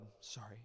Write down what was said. sorry